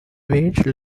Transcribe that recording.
wage